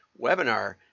webinar